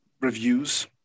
reviews